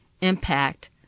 impact